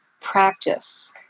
practice